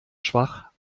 schwach